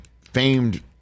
famed